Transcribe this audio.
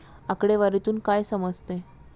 आकडेवारीतून काय समजते?